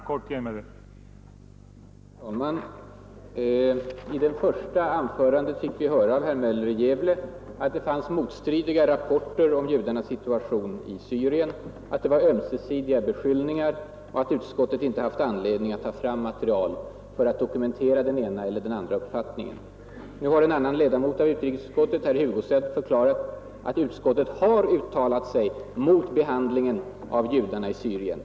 Herr talman! I första anförandet fick vi höra av herr Möller i Gävle att det finns motstridiga rapporter om judarnas situation i Syrien, att det var ömsesidiga beskyllningar och att utskottet inte haft anledning ta fram material för att dokumentera den ena eller den andra uppfattningen. Nu har en annan ledamot av utrikesutskottet, herr Hugosson, förklarat att utskottet har uttalat sig mot behandlingen av judarna i Syrien.